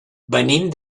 venim